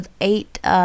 eight